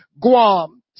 Guam